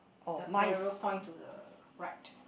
the arrow point to the right